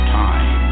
time